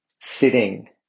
sitting